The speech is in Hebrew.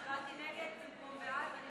הצבעתי נגד במקום בעד.